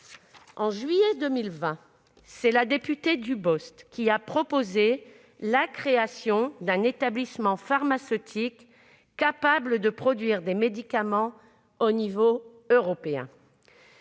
En juillet 2020, c'est la députée Dubost qui a proposé la création d'un établissement pharmaceutique capable de produire des médicaments au niveau européen.